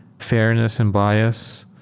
fairness and bias,